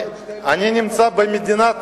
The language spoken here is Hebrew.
אני נמצא במדינת,